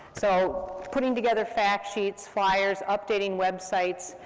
so putting together fact sheets, fliers, updating websites,